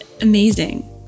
amazing